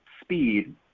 speed